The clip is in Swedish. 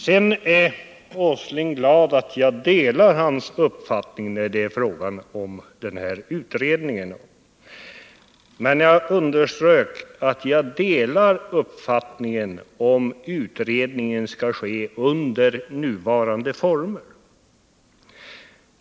Sedan säger sig herr Åsling vara glad över att jag delar hans uppfattning om den här utredningen. Men jag underströk att jag delar uppfattningen bara om utredningen skall bedrivas under nuvarande former.